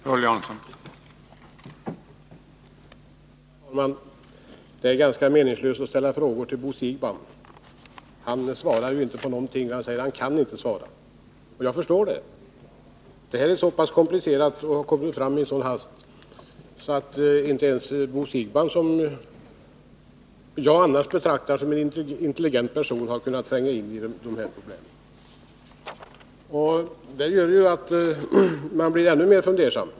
Herr talman! Det är ganska meningslöst att ställa frågor till Bo Siegbahn. Han svarar inte, och jag förstår det. Det här förslaget är så pass komplicerat och har kommit fram i sådan hast att inte ens Bo Siegbahn, som jag annars betraktar som en intelligent person, har kunnat tränga in i problemen. Det gör att man blir ännu mer fundersam.